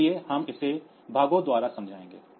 इसलिए हम इसे भागों द्वारा समझाएंगे